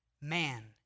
man